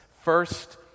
First